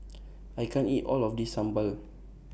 I can't eat All of This Sambal